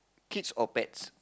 kids or pets